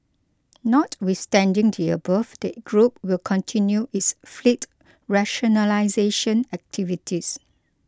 notwithstanding the above the group will continue its fleet rationalisation activities